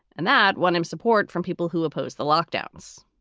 and that won him support from people who oppose the lockdown's.